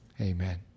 Amen